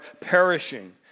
perishing